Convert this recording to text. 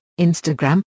Instagram